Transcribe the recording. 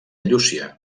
llúcia